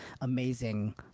amazing